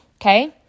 okay